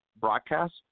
broadcast